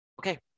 Okay